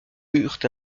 eurent